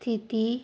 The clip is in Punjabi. ਸਥਿਤੀ